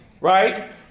right